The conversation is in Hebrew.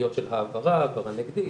סוגיות של העברה, העברה נגדית.